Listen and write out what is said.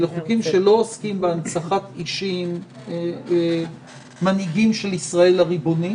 אלה חוקים שלא עוסקים בהנצחת אישים מנהיגים של ישראל הריבונית